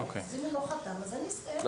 אם הילד לא חתם אז אין התקשרות, אין תיווך.